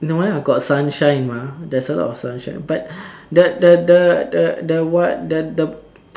no lah got sunshine mah there's a lot of sunshine but the the the the the one the the